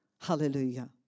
Hallelujah